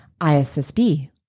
ISSB